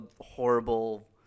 horrible